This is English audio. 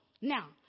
Now